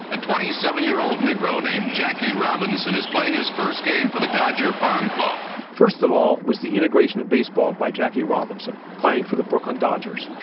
a twenty seven year old negro named jackie robinson is playing his first game for the dodger farm club first of all, was the integration of baseball by jackie robinson playing for the brooklyn dodgers.